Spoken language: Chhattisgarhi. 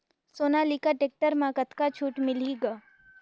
सोनालिका टेक्टर म कतका छूट मिलही ग?